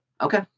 Okay